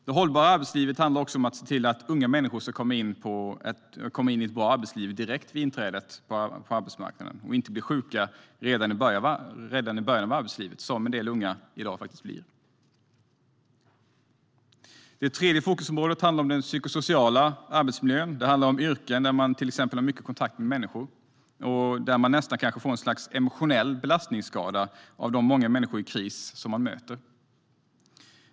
Det hållbara arbetslivet handlar också om att se till att unga människor ska komma in i ett bra arbetsliv direkt vid inträdet på arbetsmarknaden och inte bli sjuka redan i början av arbetslivet, som en del unga faktiskt blir i dag. Det tredje fokusområdet handlar om den psykosociala arbetsmiljön. Det handlar om yrken där man till exempel har mycket kontakt med människor och där man nästan kanske får ett slags emotionell belastningsskada av de många människor i kris som man möter.